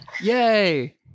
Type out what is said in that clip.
Yay